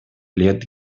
лет